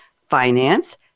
finance